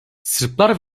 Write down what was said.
sırplar